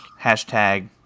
Hashtag